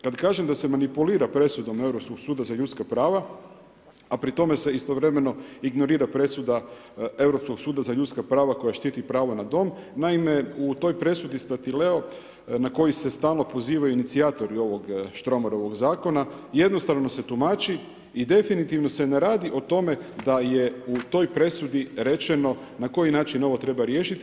Kada kažem da se manipulira presudom Europskog suda za ljudska prava, a pri tome se istovremeno ignorira presuda Europskog suda za ljudska prava koja štiti pravo na dom, naime u toj presudi STatileo na koji se stalno pozivaju inicijatori ovog Štromarovog zakona, jednostavno se tumači i definitivno se ne radi o tome da je u toj presudi rečeno na koji način ovo treba riješiti.